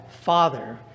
father